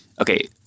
Okay